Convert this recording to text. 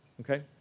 okay